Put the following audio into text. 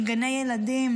מגני ילדים.